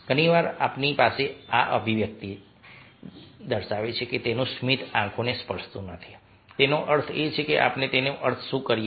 ઘણી વાર આપણી પાસે આ અભિવ્યક્તિ છે કે તેનું સ્મિત આંખોને સ્પર્શતું નથી તેનો અર્થ એ છે કે આપણે તેનો અર્થ શું કરીએ છીએ